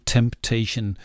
Temptation